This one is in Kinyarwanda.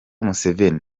museveni